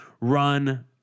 run